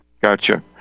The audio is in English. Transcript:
Gotcha